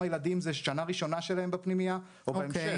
ילדים בשנה הראשונה שלהם בפנימייה או בהמשך.